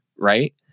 Right